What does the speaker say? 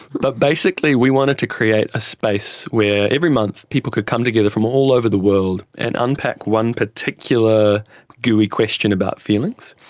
but basically we wanted to create a space where every month people could come together from all over the world and un-pack one particular gooey question about feelings.